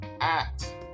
act